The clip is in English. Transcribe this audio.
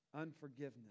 unforgiveness